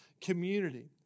community